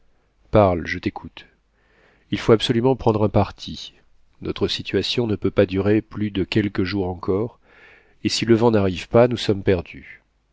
parle je t'écoute il faut absolument prendre un parti notre situation ne peut pas durer plus de quelques jours encore et si le vent n'arrive pas nous sommes perdus